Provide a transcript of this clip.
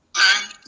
aye.